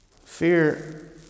Fear